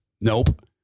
nope